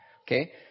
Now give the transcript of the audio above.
Okay